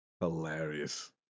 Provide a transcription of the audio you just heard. hilarious